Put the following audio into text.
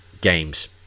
games